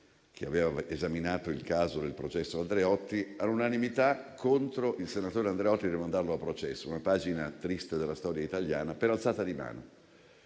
che aveva esaminato il caso del processo Andreotti, all'unanimità contro il senatore Andreotti per mandarlo a processo: una pagina triste della storia italiana. Si votò per alzata di mano.